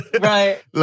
Right